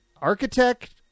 architect